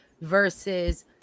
versus